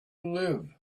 live